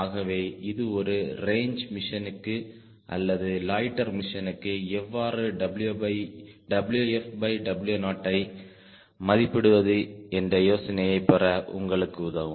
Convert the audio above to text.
ஆகவே இது ஒரு ரேஞ்ச் மிஷனுக்கு அல்லது லொய்ட்டர் மிஷனுக்கு எவ்வாறு WfW0 ஐ மதிப்பிடுவது என்ற யோசனையைப் பெற எங்களுக்கு உதவும்